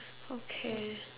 okay